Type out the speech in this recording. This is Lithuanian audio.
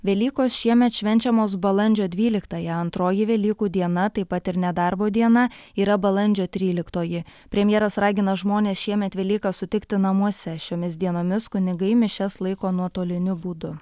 velykos šiemet švenčiamos balandžio dvyliktąją antroji velykų diena taip pat ir nedarbo diena yra balandžio tryliktoji premjeras ragina žmones šiemet velykas sutikti namuose šiomis dienomis kunigai mišias laiko nuotoliniu būdu